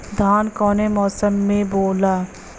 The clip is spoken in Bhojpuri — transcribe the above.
धान कौने मौसम मे बोआला?